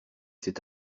cet